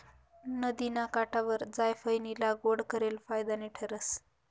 नदिना काठवर जायफयनी लागवड करेल फायदानी ठरस